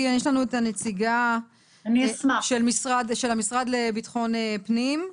כי יש לנו את הנציגה של המשרד לביטחון פנים.